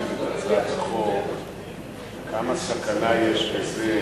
כשהגשתם את הצעת החוק כמה סכנה יש בזה,